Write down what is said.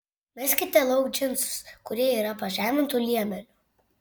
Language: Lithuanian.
meskite lauk džinsus kurie yra pažemintu liemeniu